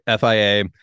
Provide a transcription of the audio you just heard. fia